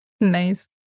Nice